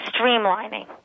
Streamlining